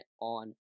on